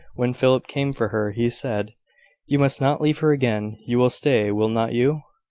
when philip came for her, he said you must not leave her again. you will stay, will not you?